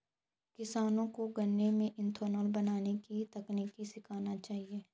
किसानों को गन्ने से इथेनॉल बनने की तकनीक सीखना चाहिए